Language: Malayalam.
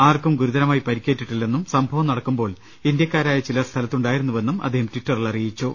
ആർക്കും ഗുരുതരമായി പരിക്കേറ്റിട്ടില്ലെന്നും സംഭവം നടക്കുമ്പോൾ ഇന്ത്യക്കാ രായ ചിലർ സ്ഥലത്തുണ്ടായിരുന്നുവെന്നും അദ്ദേഹം ടിറ്ററിൽ അറിയിച്ചു